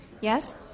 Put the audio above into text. Yes